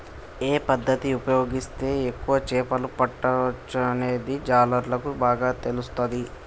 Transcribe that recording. ఏ పద్దతి ఉపయోగిస్తే ఎక్కువ చేపలు పట్టొచ్చనేది జాలర్లకు బాగా తెలుస్తది